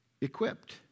equipped